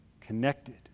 connected